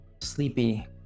sleepy